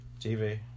TV